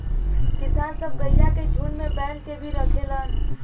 किसान सब गइया के झुण्ड में बैल के भी रखेलन